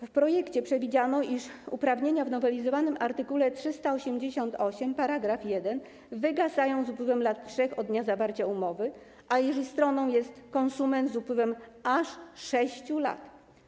W projekcie przewidziano, iż uprawnienia w nowelizowanym art. 388 § 1 wygasają z upływem 3 lat od dnia zawarcia umowy, a jeśli stroną jest konsument - z upływem aż 6 lat.